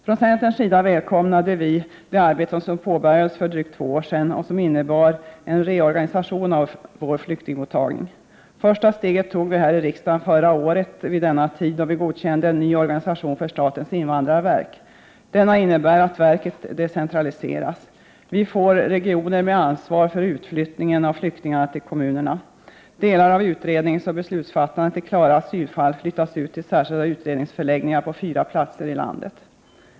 Från centerns sida välkomnade vi det arbete som påbörjades för drygt två år sedan och som innebar en reorganisation av vår flyktingmottagning. Första steget tog vi här i riksdagen förra året vid denna tid, då vi godkände en ny organisation för statens invandrarverk. Denna innebär att verket decentraliseras. Vi får regioner med ansvar för utflyttningen av flyktingar till kommunerna. Delar av utredningsarbetet och beslutsfattandet i klara asylfall flyttas ut till särskilda utredningsförläggningar på fyra platser i landet.